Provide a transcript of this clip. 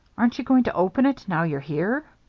aren't you going to open it, now you're here?